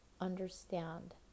understand